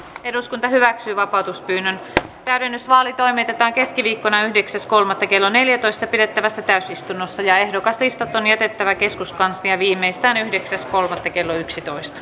eduskunta hyväksyy vapautuspyynnön täydennysvaali toimitetaan keskiviikkona yhdeksäs ckolme kello neljätoista pidettävässä täysistunnossa ja ehdokaslistat on jätettävä keskustaan vie viimeistään yhdeksäs nolla pe kello asia